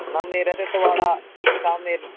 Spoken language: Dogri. ना मेरा ना थुआढ़ा तां मेर